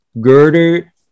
girder